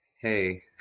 hey